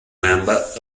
member